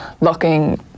looking